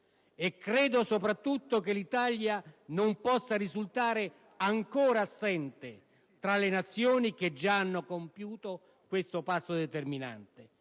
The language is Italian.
e soprattutto che l'Italia non possa risultare ancora assente tra le Nazioni che già hanno compiuto questo passo determinante.